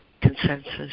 consensus